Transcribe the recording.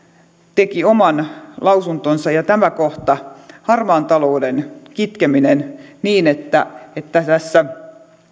teki oman lausuntonsa ja siellä on tämä kohta harmaan talouden kitkeminen niin että että tässä